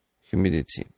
humidity